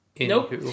Nope